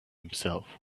himself